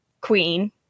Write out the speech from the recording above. queen